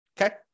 Okay